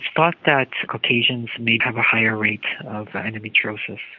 thought that caucasians may have a higher rate of endometriosis.